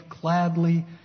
gladly